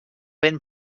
ben